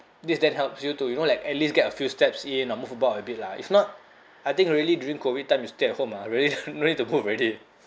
this then helps you to you know like at least get a few steps in and move about a bit lah if not I think really during COVID time you stay at home ah really no need to move already